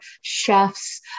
chefs